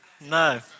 No